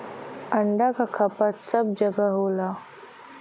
अंडा क खपत सब जगह होला